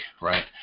right